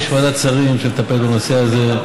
יש ועדת שרים שמטפלת בנושא הזה,